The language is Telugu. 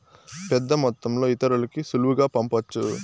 పెద్దమొత్తంలో ఇతరులకి సులువుగా పంపొచ్చు